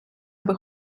аби